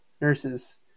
nurses